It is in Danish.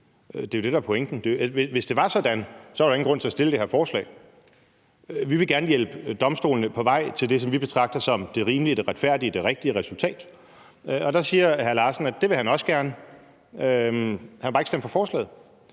Det er jo det, der er pointen. For hvis det var sådan, var der jo ingen grund til at fremsætte det her forslag. Vi vil gerne hjælpe domstolene på vej til det, som vi betragter som det rimelige, det retfærdige og det rigtige resultat. Og der siger hr. Steffen Larsen, at det vil han også gerne, men han vil bare ikke stemme for forslaget.